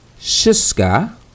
Shiska